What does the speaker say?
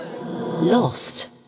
Lost